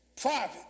private